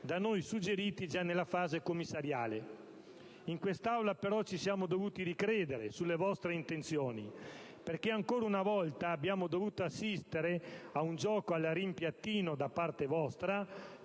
da noi suggeriti già nell'esame nelle Commissioni. In quest'Aula, però, ci siamo dovuti ricredere sulle vostre intenzioni, perché ancora una volta abbiamo dovuto assistere ad un gioco al rimpiattino da parte vostra,